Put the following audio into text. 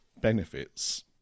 benefits